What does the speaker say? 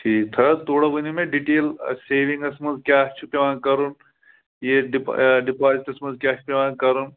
ٹھیٖک تھو تھوڑا ؤنِو مےٚ ڈِٹیل سیوِنٛگَس منٛز کیٛاہ چھُ پٮ۪وان کَرُن یہِ ڈِپا ڈِپازٹَس منٛز کیٛاہ چھُ پٮ۪وان کَرُن